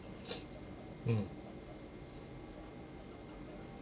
mm